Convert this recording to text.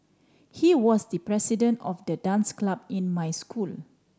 he was the president of the dance club in my school